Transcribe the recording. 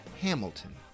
Hamilton